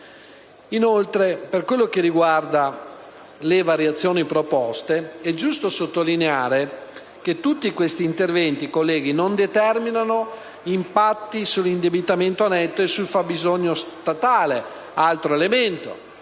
servizi. Per quanto riguarda le variazioni proposte, è giusto sottolineare che tutti questi interventi non determinano impatti sull'indebitamento netto e sul fabbisogno statale,